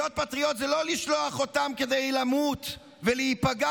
להיות פטריוט זה לא לשלוח אותם למות ולהיפגע